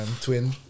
Twin